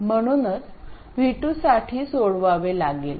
म्हणूनच V2 साठी सोडवावे लागेल